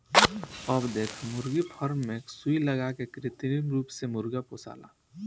अब देख मुर्गी फार्म मे सुई लगा के कृत्रिम रूप से मुर्गा पोसाला